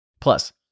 Plus